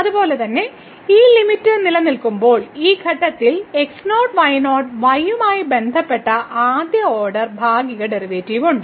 അതുപോലെ തന്നെ ഈ ലിമിറ്റ് നിലനിൽക്കുമ്പോൾ ഈ ഘട്ടത്തിൽ x0 y0 y യുമായി ബന്ധപ്പെട്ട് ആദ്യത്തെ ഓർഡർ ഭാഗിക ഡെറിവേറ്റീവ് ഉണ്ട്